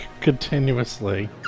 continuously